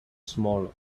smaller